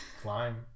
climb